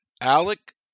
Alec